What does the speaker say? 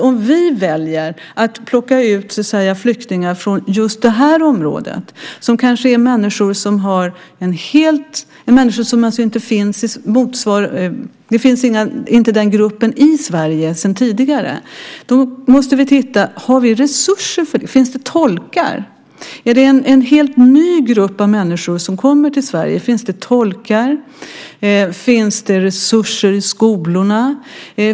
Om vi väljer att plocka ut flyktingar från ett visst område, kanske en helt ny grupp av människor som inte finns i Sverige sedan tidigare, måste vi titta på om vi har resurser till det. Finns det tolkar? Finns det resurser i skolorna?